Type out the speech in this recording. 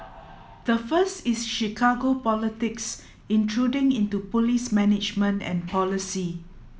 the first is Chicago politics intruding into police management and policy